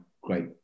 great